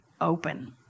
open